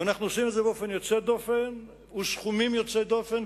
ואנו עושים זאת באופן יוצא דופן ובסכומים יוצאי דופן,